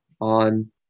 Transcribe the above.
on